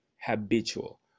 habitual